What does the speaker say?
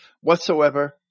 whatsoever